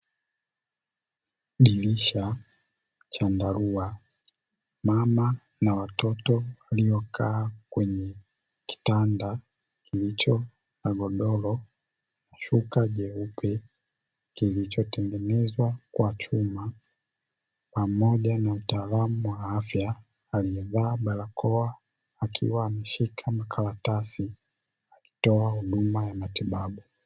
Dirisha chandarua mama na watoto waliokaa kwenye kitanda kilicho na godoro, shuka jeupe kilichotengenezwa kwa chuma. Pamoja na mtaalamu wa afya alivaa barakoa, akiwa ameshika makaratasi kutoa huduma ya matibabu.